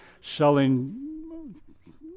selling